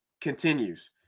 continues